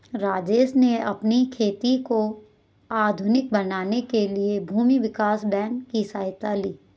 राजेश ने अपनी खेती को आधुनिक बनाने के लिए भूमि विकास बैंक की सहायता ली